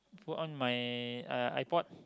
put on my iPad